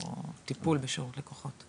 או טיפול בשירות לקוחות.